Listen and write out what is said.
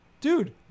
Dude